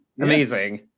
Amazing